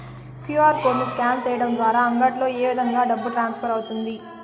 QR code ను scan సేయడం ద్వారా అంగడ్లలో ఏ విధంగా డబ్బు ట్రాన్స్ఫర్ అవుతుంది